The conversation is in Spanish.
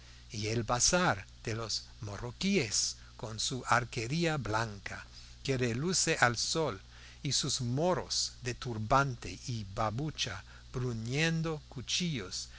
y el bazar de los marroquíes con su arquería blanca que reluce al sol y sus moros de turbante y babucha bruñendo cuchillos